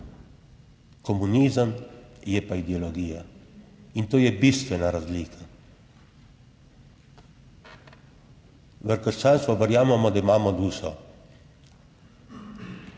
komunizem je pa ideologija in to je bistvena razlika. V krščanstvu verjamemo, da imamo dušo.